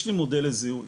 יש לי מודל לזיהוי,